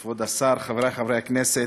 כבוד השר, חברי חברי הכנסת,